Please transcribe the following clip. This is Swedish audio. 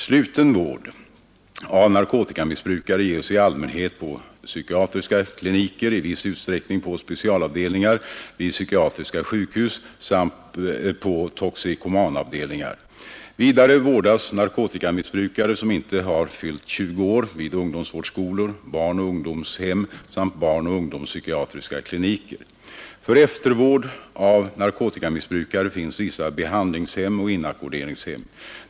Sluten vård av narkotikamissbrukare ges i allmänhet på psykiatriska kliniker, i viss utsträckning på specialavdelningar vid psykiatriska sjukhus samt på toxikomanavdelningar. Vidare vårdas narkotikamissbrukare som inte har fyllt 20 år vid ungdomsvårdsskolor, barnoch ungdomshem samt barnoch ungdomspsykiatriska kliniker. För eftervård av narkotikamissbrukare finns vissa behandlingshem och inackorderingshem.